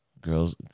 Girls